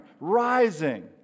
rising